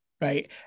right